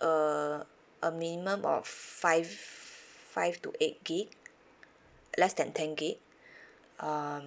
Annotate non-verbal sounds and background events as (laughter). uh a minimum of five five to eight gig less than ten gig (breath) um